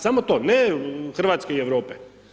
Samo to, ne Hrvatske i Europe.